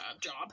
job